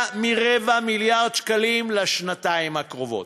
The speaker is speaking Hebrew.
מרבע מיליארד שקלים לשנתיים הקרובות.